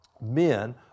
men